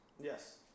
Yes